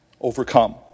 overcome